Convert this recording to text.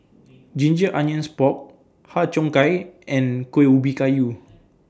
Ginger Onions Pork Har Cheong Gai and Kuih Ubi Kayu